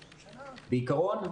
בעיקרון,